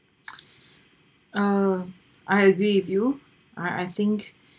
uh I agree with you I I think